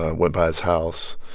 ah went by his house.